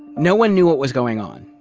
no one knew what was going on.